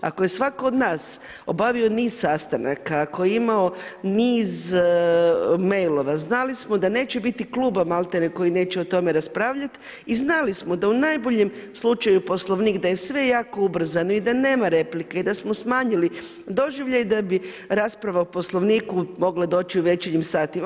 Ako je svatko od nas obavio niz sastanaka koji je imao niz mailova, znali smo da neće biti klub malti ne koji neće o tome raspravljati i znali smo da u najboljem slučaju Poslovnik da je sve jako ubrzano i da nema replike i da smo smanjili doživljaj da bi rasprava o Poslovniku mogla doći u večernjim satima.